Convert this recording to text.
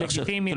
לגיטימי לחלוטין.